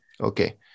Okay